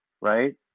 right